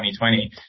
2020